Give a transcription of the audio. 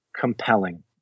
compelling